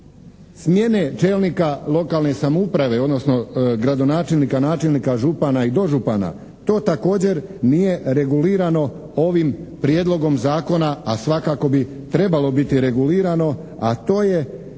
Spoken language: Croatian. smjene čelnika lokalne samouprave odnosno gradonačelnika, načelnika, župana i dožupana to također nije regulirano ovim Prijedlogom zakona a svakako bi trebalo biti regulirano a to je